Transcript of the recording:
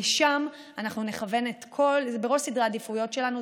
זה בראש סדרי העדיפויות שלנו.